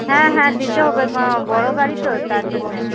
হ্যাঁ হ্যাঁ দিতে হবে বড়ো গাড়ি তো তার জন্যে